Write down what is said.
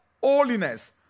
holiness